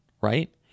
right